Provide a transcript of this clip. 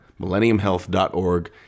millenniumhealth.org